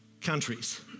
countries